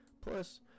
Plus